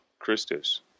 Christus